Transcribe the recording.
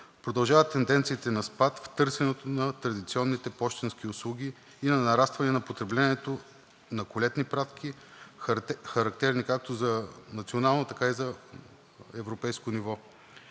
Продължават тенденциите на спад в търсенето на традиционните пощенски услуги и нарастване на потреблението на колетни пратки, характерни както за национално, така и за европейско ниво.